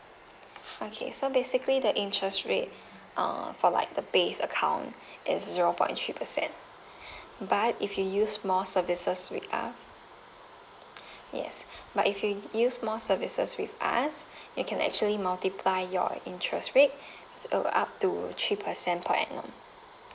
okay so basically the interest rate uh for like the base account is zero point three percent but if you use more services with uh yes but if you use more services with us you can actually multiply your interest rate so up to three percent per annum